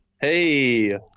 Hey